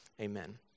Amen